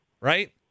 right